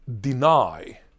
deny